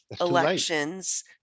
elections